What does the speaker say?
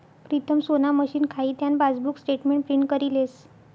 प्रीतम सोना मशीन खाई त्यान पासबुक स्टेटमेंट प्रिंट करी लेस